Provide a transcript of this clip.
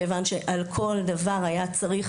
מכיוון שעל כל דבר היה צריך,